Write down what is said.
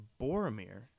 Boromir